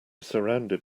surrounded